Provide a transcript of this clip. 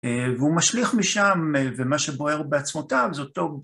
והוא משליך משם, ומה שבוער בעצמותיו זה אותו...